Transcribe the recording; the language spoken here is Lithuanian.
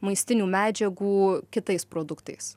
maistinių medžiagų kitais produktais